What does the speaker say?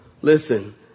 Listen